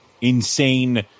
insane